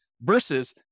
versus